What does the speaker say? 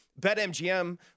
BetMGM